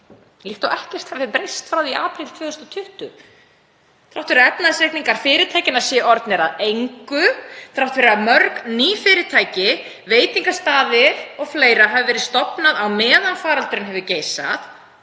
líkt og ekkert hafi breyst frá því í apríl 2020 þrátt fyrir að efnahagsreikningar fyrirtækjanna séu orðnir að engu, þrátt fyrir að mörg ný fyrirtæki, veitingastaðir og fleira, hafi verið stofnuð á meðan faraldurinn hefur geisað.